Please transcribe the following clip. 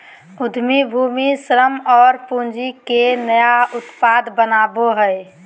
उद्यमी भूमि, श्रम और पूँजी के नया उत्पाद बनावो हइ